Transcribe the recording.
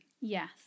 yes